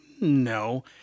No